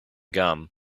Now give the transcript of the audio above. gum